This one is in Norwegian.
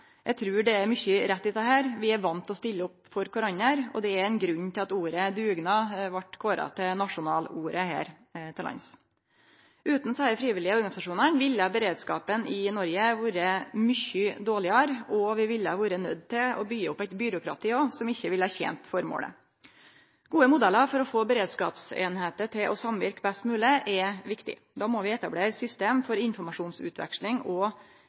Eg trur det er mykje rett i dette. Vi er vane med å stille opp for kvarandre. Det er ein grunn til at ordet «dugnad» vart kåra til nasjonalordet her til lands. Utan dei frivillige organisasjonane ville beredskapen i Noreg vore mykje dårlegare, og vi ville vore nøydde til å byggje opp eit byråkrati som ikkje ville tent formålet. Gode modellar for å få beredskapseiningar til å samverke best mogleg er viktig. Da må vi etablere system for informasjonsutveksling og